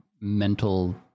mental